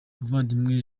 muvandimwe